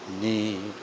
need